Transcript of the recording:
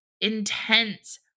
intense